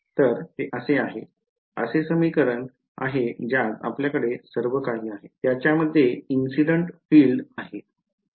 तर हे असे समीकरण आहे ज्यात आपल्याकडे सर्वकाही आहे त्याच्या मध्ये इंसिडेन्ट field आहे